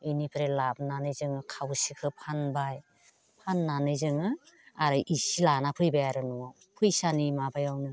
बेनिफ्राय लाबोनानै जोङो खावसेखौ फानबाय फाननानै जोङो आरो इसे लाना फैबाय आरो न'आव फैसानि माबायावनो